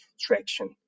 traction